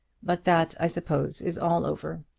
but that, i suppose, is all over,